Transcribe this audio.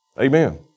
amen